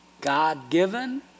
God-given